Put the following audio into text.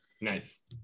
Nice